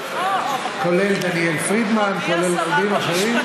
כולל דניאל פרידמן וכולל רבים אחרים,